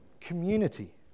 community